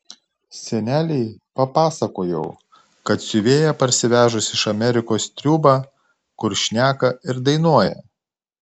senelei papasakojau kad siuvėja parsivežus iš amerikos triūbą kur šneka ir dainuoja